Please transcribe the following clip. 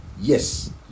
Yes